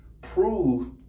prove